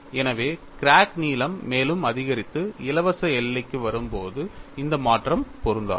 எனவே கிராக் நீளம் மேலும் அதிகரித்து இலவச எல்லைக்கு வரும்போது இந்த மாற்றம் பொருந்தாது